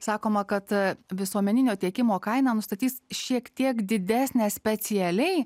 sakoma kad visuomeninio tiekimo kainą nustatys šiek tiek didesnę specialiai